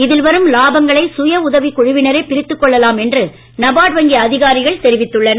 இதில் வரும் இலாபங்களை சுயஉதவிக் குழுவினரே பிரித்துக் கொள்ளலாம் என்று நபார்ட் வங்கி அதிகாரிகள் தெரிவித்துள்ளனர்